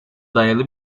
dayalı